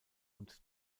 und